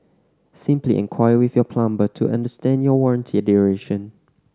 simply enquire with your plumber to understand your warranty duration